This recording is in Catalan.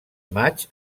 maig